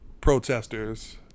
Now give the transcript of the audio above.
protesters